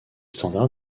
standards